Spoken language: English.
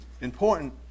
important